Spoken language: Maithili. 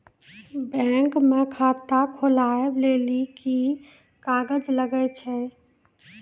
बैंक म खाता खोलवाय लेली की की कागज लागै छै?